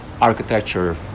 architecture